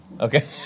Okay